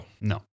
No